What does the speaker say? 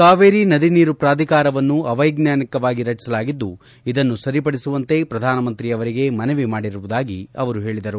ಕಾವೇರಿ ನದಿ ನೀರು ಪ್ರಾಧಿಕಾರವನ್ನು ಅವ್ಯಜ್ವಾನಿಕವಾಗಿ ರಚಿಸಲಾಗಿದ್ದು ಇದನ್ನು ಸರಿಪಡಿಸುವಂತೆ ಪ್ರಧಾನಮಂತ್ರಿ ಅವರಿಗೆ ಮನವಿ ಮಾಡಿರುವುದಾಗಿ ಅವರು ಹೇಳಿದರು